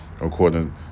according